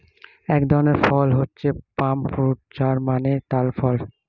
এক ধরনের ফল হচ্ছে পাম ফ্রুট যার মানে তাল ফল